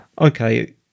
Okay